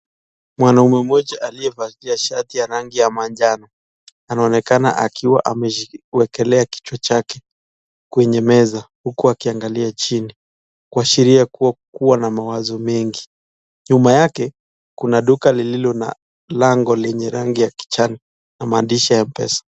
Mwanamume mmoja aliyevalia shati ya rangi ya manjano anaonekana akiwa amejiwekelea kichwa chake kwenye meza huku akiangalia chini kuashiria kuwa, kuwa na mawazo mengi. Nyuma yake kuna duka lililo na lango lenye rangi ya kijani na maandishi ya pesa.